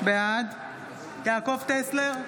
בעד יעקב טסלר,